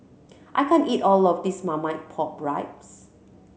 I can't eat all of this marmite pork